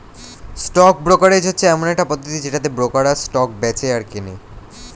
stock brokerage হচ্ছে এমন একটা পদ্ধতি যেটাতে ব্রোকাররা স্টক বেঁচে আর কেনে